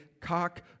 cock